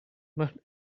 but